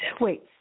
Wait